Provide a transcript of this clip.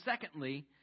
secondly